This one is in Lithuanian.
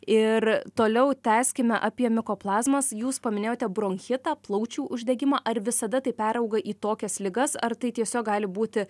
ir toliau tęskime apie mikoplazmas jūs paminėjote bronchitą plaučių uždegimą ar visada tai perauga į tokias ligas ar tai tiesiog gali būti